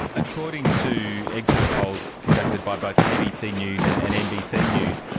according to exit polls conducted by both abc news and and nbc news,